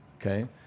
Okay